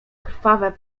krwawe